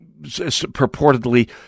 purportedly